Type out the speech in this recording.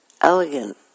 elegant